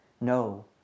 No